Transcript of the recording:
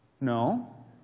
No